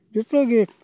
ᱡᱚᱛᱚ ᱜᱮ